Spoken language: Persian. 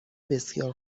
بسیار